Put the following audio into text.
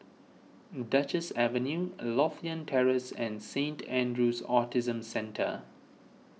Duchess Avenue Lothian Terrace and Saint andrew's Autism Centre